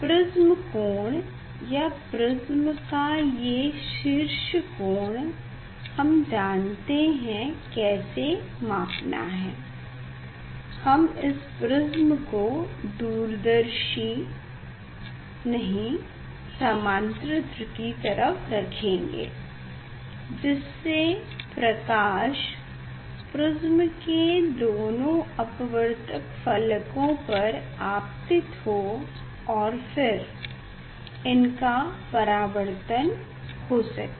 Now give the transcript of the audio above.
prism कोण या prism का ये शीर्ष कोण हम जानते हैं कैसे मापना है हम इस प्रिस्म को दूरदर्शी नहीं समांतरित्र की तरफ रखेंगे जिससे प्रकाश प्रिस्म के दोनों अपवर्तक फलकों पर आपतित हो और फिर इनका परावर्तन हो सके